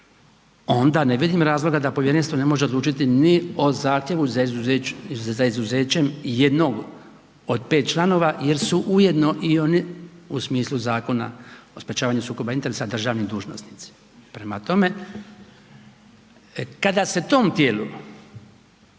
onda ne vidim razloga da povjerenstvo ne može odlučiti ni o zahtjevu za izuzećem jednog od 5 članova jer su ujedno i oni u smislu Zakona o sprječavanju sukoba interesa državni dužnosnici. Prema tome, kada se tom tijelu